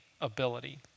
ability